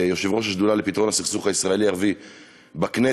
כיושב-ראש השדולה לפתרון הסכסוך הישראלי ערבי בכנסת,